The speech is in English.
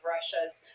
Russia's